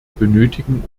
benötigen